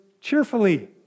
cheerfully